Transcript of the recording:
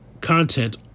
content